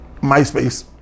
MySpace